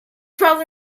probably